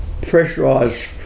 pressurised